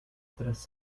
tras